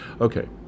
Okay